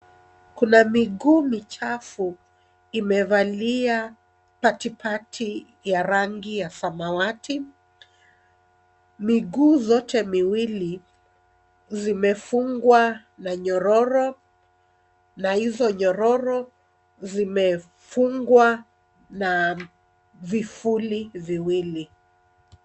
Kuna miguu michafu imevalia patipati ya rangi ya samawati. Miguu zote miwili zimefungwa na minyororo na hizo minyororo zimefungwa na vifuli viwili.